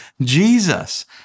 Jesus